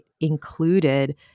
included